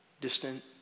distant